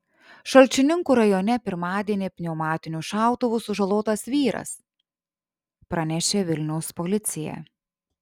šalčininkų rajone pirmadienį pneumatiniu šautuvu sužalotas vyras pranešė vilniaus policija